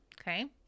okay